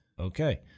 Okay